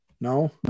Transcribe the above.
No